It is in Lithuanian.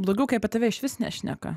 blogiau kai apie tave išvis nešneka